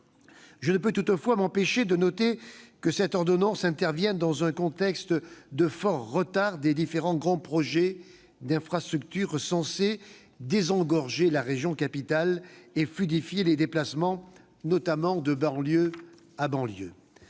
Je ne peux toutefois m'empêcher de noter que cette ordonnance intervient dans un contexte de retard important des différents grands projets d'infrastructures censés désengorger la région capitale et fluidifier les déplacements, notamment de banlieue à banlieue.